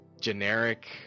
generic